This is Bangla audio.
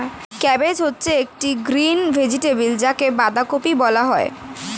ক্যাবেজ হচ্ছে একটি গ্রিন ভেজিটেবল যাকে বাঁধাকপি বলা হয়